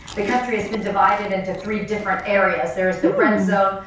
the country has been divided into three different areas. there is the red zone,